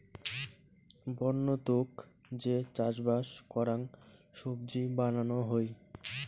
বন্য তুক যে চাষবাস করাং সবজি বানানো হই